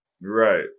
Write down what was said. Right